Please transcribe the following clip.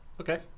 okay